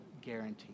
guaranteed